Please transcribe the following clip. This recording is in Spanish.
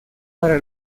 para